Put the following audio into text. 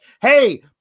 hey